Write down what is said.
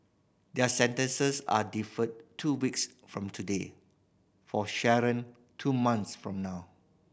their sentences are deferred two weeks from today for Sharon two months from now